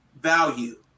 value